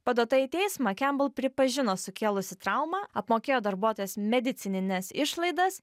paduota į teismą kembel pripažino sukėlusi traumą apmokėjo darbuotojos medicinines išlaidas